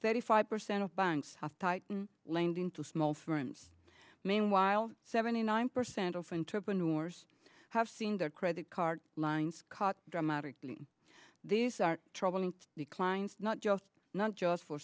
thirty five percent of banks have tightened lending to small firms meanwhile seventy nine percent open to open doors have seen their credit card lines caught dramatically these are troubling declines not just not just for